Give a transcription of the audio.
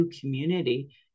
community